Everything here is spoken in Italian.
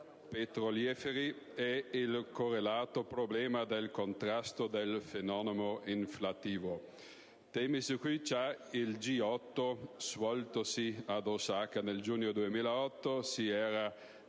petroliferi ed il correlato problema del contrasto del fenomeno inflattivo, temi su cui già il G8 svoltosi ad Osaka nel giugno 2008 si era